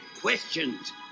questions